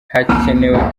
hakenewe